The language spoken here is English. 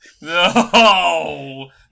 no